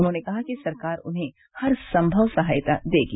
उन्होंने कहा कि सरकार उन्हें हर संगव सहायता देगी